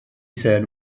said